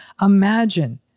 Imagine